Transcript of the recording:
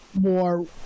more